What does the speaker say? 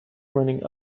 running